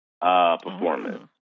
performance